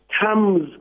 comes